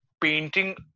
Painting